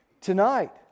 tonight